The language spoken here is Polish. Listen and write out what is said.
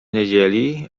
niedzieli